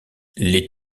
les